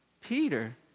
Peter